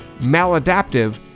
maladaptive